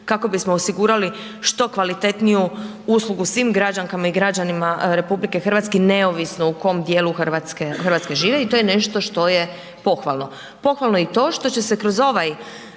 kako bismo osigurali što kvalitetniju uslugu svim građankama i građanima RH neovisno u kom dijelu Hrvatske žive i to je nešto što je pohvalno. Pohvalno je i to što će se kroz ovaj